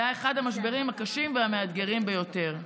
היה אחד המשברים הקשים והמאתגרים ביותר.